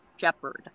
shepherd